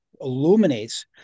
illuminates